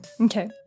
Okay